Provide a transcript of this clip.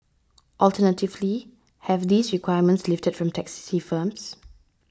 alternatively have these requirements lifted from taxi firms